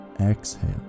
Exhale